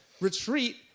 retreat